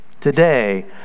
Today